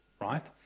right